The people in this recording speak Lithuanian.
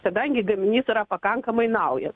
kadangi gaminys yra pakankamai naujas